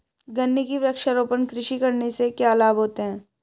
गन्ने की वृक्षारोपण कृषि करने से क्या लाभ होते हैं?